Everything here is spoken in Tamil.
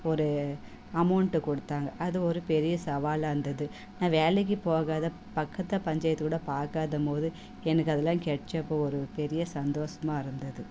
ஒரு அமௌன்ட்டை கொடுத்தாங்க அது ஒரு பெரிய சவாலாக இருந்தது நான் வேலைக்கு போகாத பக்கத்து பாஞ்சாயத்து கூட பார்க்காதம் போது எனக்கு அதெலாம் கிடச்சப்போ ஒரு பெரிய சந்தோசமாக இருந்தது